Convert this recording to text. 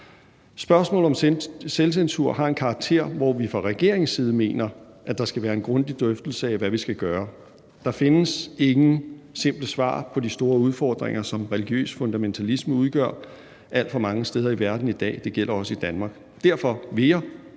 Spørgsmålet om selvcensur har en karakter, hvor vi fra regeringens side mener, at der skal være en grundig drøftelse af, hvad vi skal gøre. Der findes ingen simple svar på de store udfordringer, som religiøs fundamentalisme udgør alt for mange steder i verden i dag, og det gælder også i Danmark. Derfor vil jeg